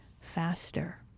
faster